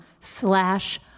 slash